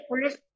police